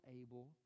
able